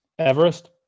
Everest